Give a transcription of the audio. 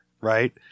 right